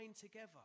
together